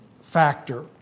factor